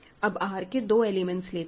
अब R के दो एलिमेंट्स लेते हैं